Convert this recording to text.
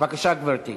בבקשה, גברתי.